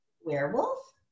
werewolf